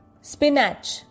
Spinach